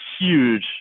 huge